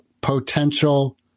potential